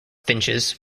finches